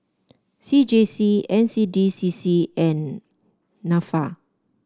C J C N C D C C and NAFA